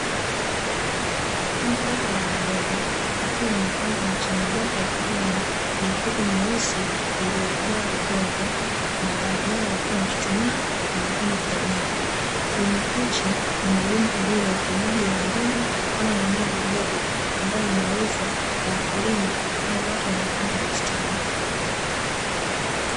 Kundi dogo la wanaume wakiwa wanapanda miche midogo ya kijani kwenye mifuko mweusi iliyoja udongo, na baadhi yao waliokuwa wamechuchumaa na mwingine kainama. Kilimo hichi ni maalumu kwa ajili ya uvunaji wa mbegu ama mimea midogo ambayo inauzwa kwa wakulima au watu wanaopanda bustani.